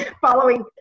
following